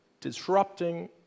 disrupting